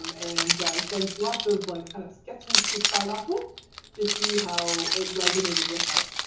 um and since lots of like kind of sketches to start off with to see how it resonated with us.